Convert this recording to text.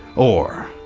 or.